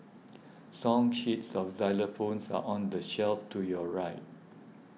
song sheets for xylophones are on the shelf to your right